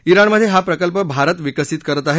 ज्ञिणमधे हा प्रकल्प भारत विकसित करत आहे